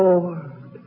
Lord